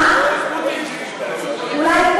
חברת הכנסת גלאון, אולי,